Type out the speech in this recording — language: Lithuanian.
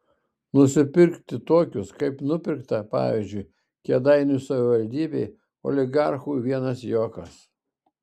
nusipirkti tokius kaip nupirkta pavyzdžiui kėdainių savivaldybėj oligarchui vienas juokas